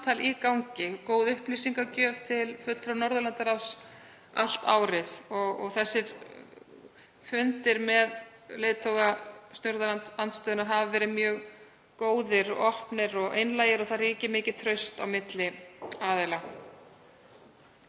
gott samtal í gangi og góð upplýsingagjöf til fulltrúa Norðurlandaráðs allt árið. Þessir fundir með leiðtoga stjórnarandstöðunnar hafa verið mjög góðir, opnir og einlægir og það ríkir mikið traust á milli aðila.